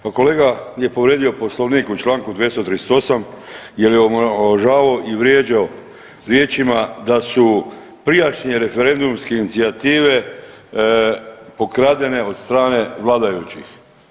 Pa kolega je povrijedio Poslovnik u čl. 238. jer je omalovažavao i vrijeđao riječima da su prijašnje referendumske inicijative pokradene od strane vladajućih.